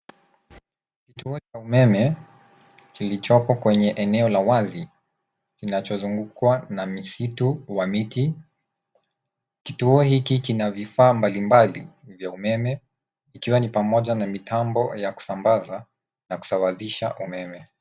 Kituo cha umeme kilichopo kwenye eneo la wazi kinachozungukwa na misitu wa miti. Kituo hiki kina vifaa mbalimbali vya umeme ikiwa ni pamoja na mitambo ya kusambaza na kusawazisha umeme.